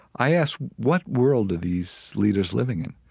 i ask what world are these leaders living in?